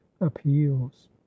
appeals